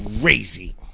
crazy